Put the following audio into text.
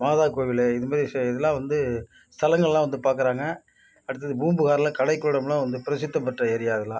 மாதா கோவில் இது மாரி செ இதெலாம் வந்து ஸ்தலங்களெலாம் வந்து பார்க்கிறாங்க அடுத்தது பூம்புகாரில் கலைக்கூடம்லாம் வந்து பிரசித்தி பெற்ற ஏரியா அதெல்லாம்